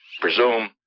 presume